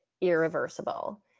irreversible